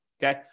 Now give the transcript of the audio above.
Okay